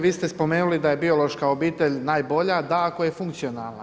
Vi ste spomenuli da je biološka obitelj najbolja, da ako je funkcionalna.